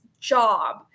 job